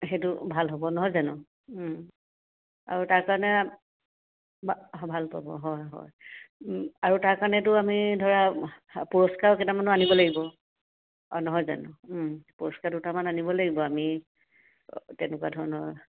সেইটো ভাল হ'ব নহয় জানো আৰু তাৰকাৰণে বা ভাল পাব হয় হয় আৰু তাৰকাৰণেতো আমি ধৰা পুৰস্কাৰ কেইটামানো আনিব লাগিব অঁ নহয় জানো পুৰস্কাৰ দুটামান আনিব লাগিব আমি তেনেকুৱা ধৰণৰ